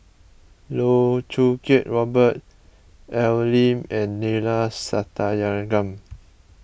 Loh Choo Kiat Robert Al Lim and Neila Sathyalingam